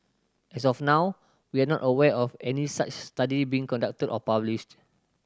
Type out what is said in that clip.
as of now we are not aware of any such study being conducted or published